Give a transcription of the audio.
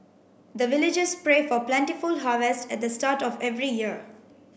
the villagers pray for plentiful harvest at the start of every year